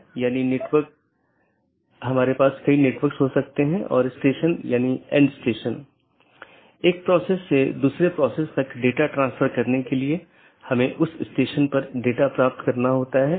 इसलिए पथ का वर्णन करने और उसका मूल्यांकन करने के लिए कई पथ विशेषताओं का उपयोग किया जाता है और राउटिंग कि जानकारी तथा पथ विशेषताएं साथियों के साथ आदान प्रदान करते हैं इसलिए जब कोई BGP राउटर किसी मार्ग की सलाह देता है तो वह मार्ग विशेषताओं को किसी सहकर्मी को विज्ञापन देने से पहले संशोधित करता है